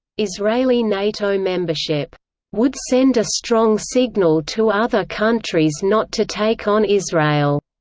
israeli nato membership would send a strong signal to other countries not to take on israel,